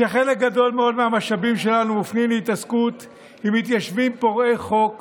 שחלק גדול מאוד מהמשאבים שלנו מופנים להתעסקות עם מתיישבים פורעי חוק